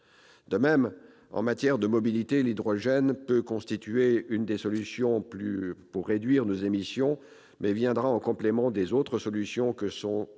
De même, en matière de mobilité, l'hydrogène peut constituer l'une des solutions pour réduire nos émissions. Mais il viendra en complément des autres solutions que sont